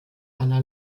anna